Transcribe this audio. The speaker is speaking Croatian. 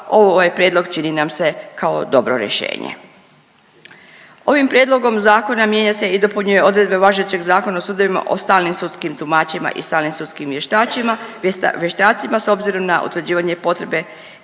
Ovaj prijedlog čini nam se kao dobro rješenje. Ovim prijedlogom zakona mijenja se i dopunjuje odredba važećeg Zakona o sudovima o stalim sudskim tumačima i stalnim sudskim vještačima, vještacima s obzirom na utvrđivanje potrebe